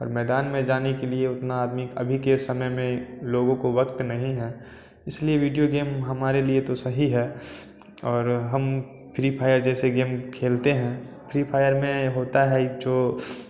और मैदान में जाने के लिए उतना आदमी अभी के समय में लोगो को वक़्त नहीं है इसलिए वीडियो गेम हमारे लिए तो सही है और हम फ्री फायर जैसे गेम खेलते हैं फ्री फायर में होता है एक जो